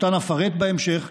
שאותו אפרט בהמשך,